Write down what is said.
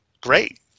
great